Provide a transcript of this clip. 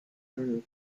group